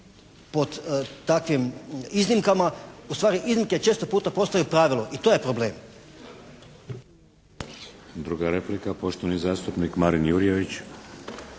pod takvim iznimkama, ustvari iznimke često puta postaju pravilo i to je problem. **Šeks, Vladimir (HDZ)** Druga replika, poštovani zastupnik Marin Jurjević.